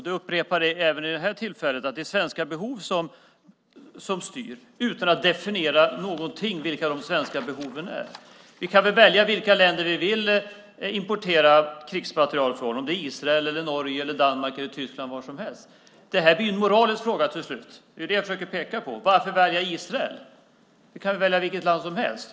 Du upprepar även vid det här tillfället att det är svenska behov som styr utan att definiera vilka de svenska behoven är. Vi kan väl välja vilka länder vi vill importera krigsmateriel ifrån, till exempel Israel, Norge, Danmark eller Tyskland? Det här blir en moralisk fråga till slut. Det är det jag försöker peka på. Varför välja Israel? Vi kan väl välja vilket land som helst?